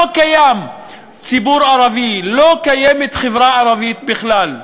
לא קיים ציבור ערבי, לא קיימת חברה ערבית בכלל.